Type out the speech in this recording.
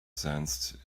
sensed